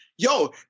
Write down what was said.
Yo